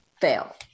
fail